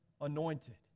anointed